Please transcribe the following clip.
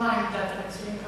מה עמדת המציעים?